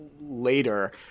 later